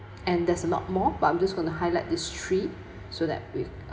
and there's a lot more but I'm just going to highlight these three so that with